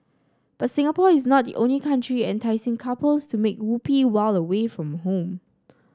but Singapore is not the only country enticing couples to make whoopee while away from home